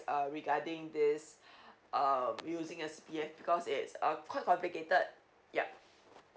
uh regarding this um using a C_P_F because it's uh quite complicated yup